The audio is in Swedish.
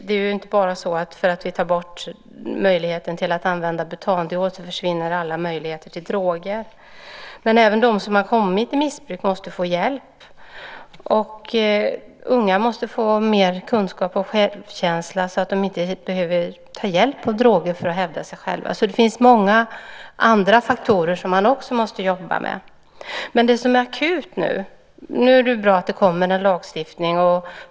Det är ju inte så att bara för att vi tar bort möjligheten att använda butandiol försvinner alla möjligheter att använda droger. Men även de som hamnat i missbruk måste få hjälp. Unga måste få mer kunskap och självkänsla så att de inte behöver ta hjälp av droger för att hävda sig själva. Så det finns många andra faktorer som man också måste jobba med. Det är bra att det nu kommer en lagstiftning.